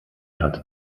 hat